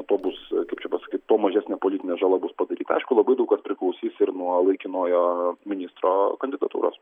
tuo bus kaip čia pasakyt tuo mažesnė politinė žala bus padaryta aišku daug kas priklausys ir nuo laikinojo ministro kandidatūros